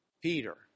Peter